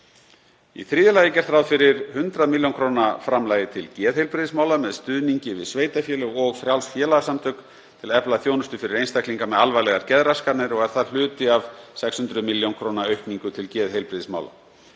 Í þriðja lagi er gert ráð fyrir 100 millj. kr. framlagi til geðheilbrigðismála með stuðningi við sveitarfélög og frjáls félagasamtök til að efla þjónustu fyrir einstaklinga með alvarlegar geðraskanir og er það hluti af 600 millj. kr. aukningu til geðheilbrigðismála.